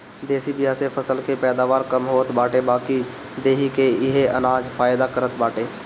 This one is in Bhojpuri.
देशी बिया से फसल के पैदावार कम होत बाटे बाकी देहि के इहे अनाज फायदा करत बाटे